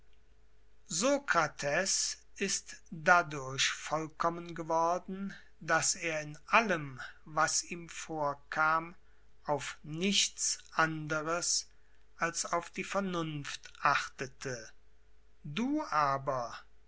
sokrates ist dadurch vollkommen geworden daß er in allem was ihm vorkam auf nichts anderes als auf die vernunft achtete du aber